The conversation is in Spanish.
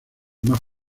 más